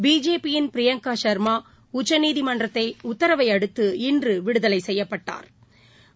BJP யின் பிரியங்கா சர்மா உச்சநீதிமன்றத உத்தரவையடுத்து இன்று விடுதலை செய்யப்பட்டாா்